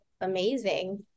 Amazing